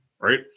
right